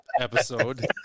episode